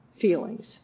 feelings